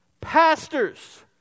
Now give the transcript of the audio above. pastors